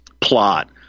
plot